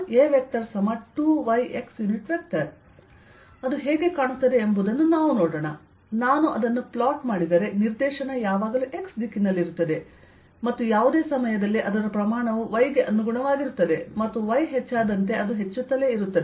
A2yx ಅದು ಹೇಗೆ ಕಾಣುತ್ತದೆ ಎಂಬುದನ್ನು ನಾವು ನೋಡೋಣ ನಾನು ಅದನ್ನು ಪ್ಲೊಟ್ ಮಾಡಿದರೆ ನಿರ್ದೇಶನ ಯಾವಾಗಲೂ x ದಿಕ್ಕಿನಲ್ಲಿರುತ್ತದೆ ಮತ್ತು ಯಾವುದೇ ಸಮಯದಲ್ಲಿ ಅದರ ಪ್ರಮಾಣವು y ಗೆ ಅನುಗುಣವಾಗಿರುತ್ತದೆ ಮತ್ತು y ಹೆಚ್ಚಾದಂತೆ ಅದು ಹೆಚ್ಚುತ್ತಲೇ ಇರುತ್ತದೆ